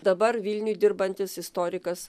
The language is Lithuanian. dabar vilniuj dirbantis istorikas